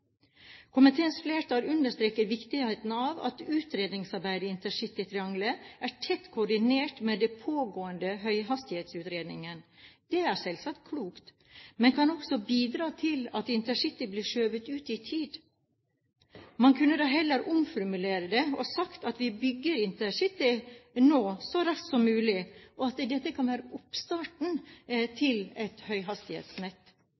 Komiteens flertall understreker viktigheten av at utredningsarbeidet i intercitytriangelet er tett koordinert med den pågående høyhastighetsutredningen. Dette er selvsagt klokt, men kan også bidra til at intercitytriangelet blir skjøvet ut i tid. Man kunne da heller omformulere det og si at vi bygger intercitytog nå så raskt som mulig, og at dette kan være oppstarten